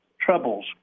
troubles